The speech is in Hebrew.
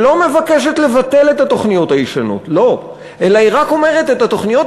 שלא מבקשת לבטל את התוכניות הישנות אלא רק אומרת: את התוכניות